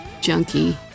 junkie